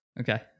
Okay